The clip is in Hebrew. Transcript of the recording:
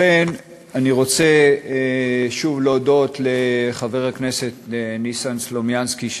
לכן אני רוצה שוב להודות לחבר הכנסת ניסן סלומינסקי,